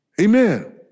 Amen